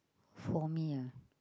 for me ah